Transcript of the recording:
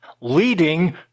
leading